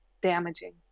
damaging